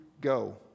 go